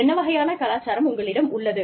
என்ன வகையான கலாச்சாரம் உங்களிடம் உள்ளது